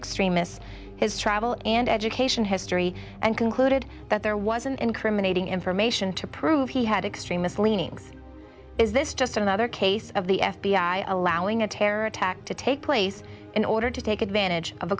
extremists his travel and education history and concluded that there was an incriminating information to prove he had extremist leanings is this just another case of the f b i allowing a terror attack to take place in order to take advantage of a